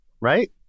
right